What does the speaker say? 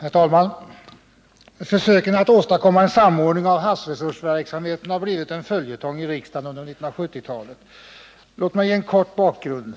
Herr talman! Försöken att åstadkomma en samordning av havsresursverksamheten har blivit en följetong i riksdagen under 1970-talet. Låt mig ge en kort bakgrund.